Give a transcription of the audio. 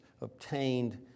obtained